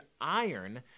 iron